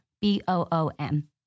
B-O-O-M